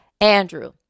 Andrew